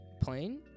plane